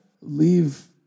leave